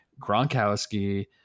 Gronkowski